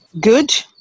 Good